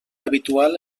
habitual